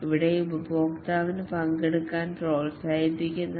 ഇവിടെ ഉപഭോക്താവിനെ പങ്കെടുക്കാൻ പ്രോത്സാഹിപ്പിക്കുന്നു